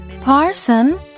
Parson